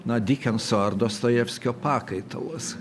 na dikenso ar dostojevskio pakaitalas